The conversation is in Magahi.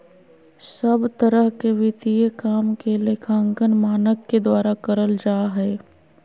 सब तरह के वित्तीय काम के लेखांकन मानक के द्वारा करल जा हय